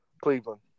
Cleveland